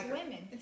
women